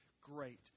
Great